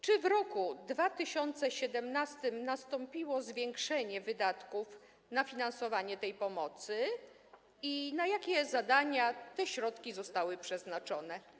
Czy w roku 2017 nastąpiło zwiększenie wydatków na finansowanie tej pomocy i na jakie zadania te środki zostały przeznaczone?